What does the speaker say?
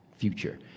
future